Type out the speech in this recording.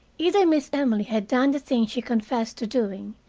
either miss emily had done the thing she confessed to doing,